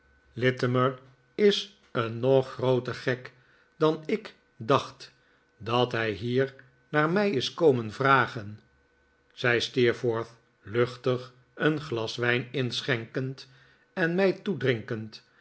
littimer is een nog grooter gek dan ik dacht dat hij hier naar mij is komen vragen zei steerforth luchtig een glas wijn inschenkend en mij